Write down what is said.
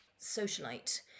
socialite